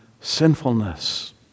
sinfulness